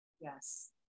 Yes